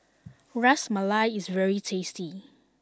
Ras Malai is very tasty